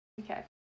Okay